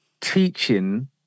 teaching